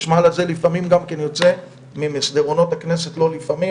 החשמל הזה לפעמים גם כן יוצא ממסדרונות הכנסת לא לפעמים,